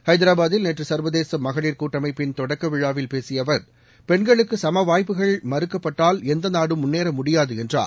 ஐதரபாத்தில் நேற்று சள்வதேச மகளிர் கட்டமைப்பின் தொடக்க விழாவில் பேசிய அவர் பெண்களுக்கு சம வாய்ப்புகள் மறுக்கப்பட்டால் எந்த நாடும் முன்னேற முடியாது என்றார்